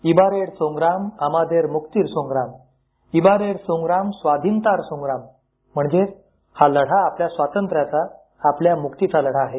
इबारेर सोंग्राम अमादेर मुक्तीर सोंग्राम इबारेर सोंग्राम स्वाधीनतार सोंग्राम म्हणजेच हा लढा आपल्या स्वातंत्र्याचा आपल्या मुक्तीचा लढा आहे